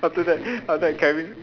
after that after that Kevin